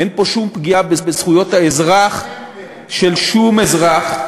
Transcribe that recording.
אין בו שום פגיעה בזכויות האזרח של שום אזרח.